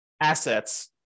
assets